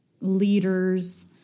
leaders